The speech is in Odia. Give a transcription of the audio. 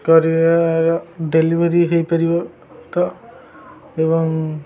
କରିବାର ଡେଲିଭରି ହେଇପାରିବ ତ ଏବଂ